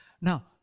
Now